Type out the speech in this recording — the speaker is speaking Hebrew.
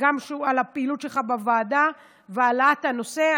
גם על הפעילות שלך בוועדה והעלאת הנושא.